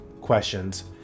Questions